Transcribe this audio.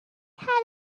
had